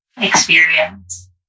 experience